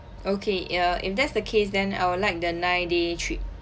okay ya if that's the case then I would like the nine day trip